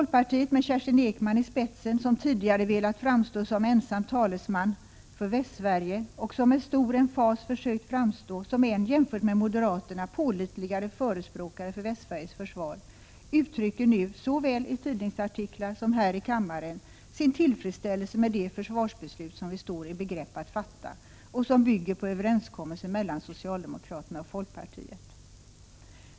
Kerstin Ekman i spetsen för folkpartiet, som tidigare velat framstå som ensam talesman för Västsverige och med stor emfas försökt framstå som en jämfört med moderaterna pålitligare förespråkare för Västsveriges försvar, uttrycker nu såväl i tidningsartiklar som här i kammaren sin tillfredsställelse med det försvarsbeslut som vi står i begrepp att fatta och som bygger på överenskommelsen mellan socialdemokraterna och folkpartiet.